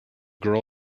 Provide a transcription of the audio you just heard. girl